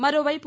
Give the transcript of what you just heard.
మరోవైపు